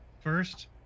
first